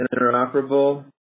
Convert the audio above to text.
interoperable